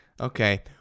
Okay